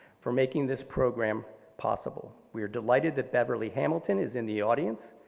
for making this program possible. we are delighted that beverly hamilton is in the audience.